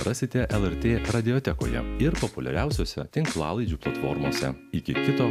rasite lrt radiotekoje ir populiariausiose tinklalaidžių platformose iki kito